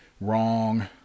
wrong